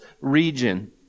region